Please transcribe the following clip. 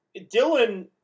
Dylan